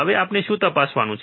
હવે આપણે શું તપાસવાનું છે